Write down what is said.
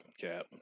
Cap